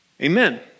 Amen